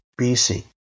BC